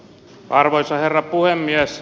arvoisa herra puhemies